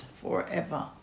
forever